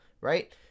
right